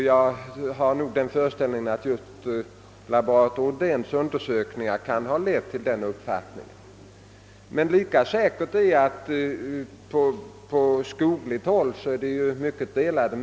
Jag föreställer mig att just laborator Odéns undersökningar kan ha bibringat folk den uppfattningen. Men lika säkert är att på skogligt håll är meningarna härom delade.